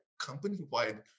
company-wide